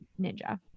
ninja